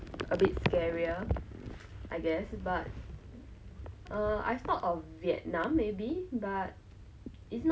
but like but there is some fears like um I really want to go to the states I think there's a lot of things to buy a lot of things to see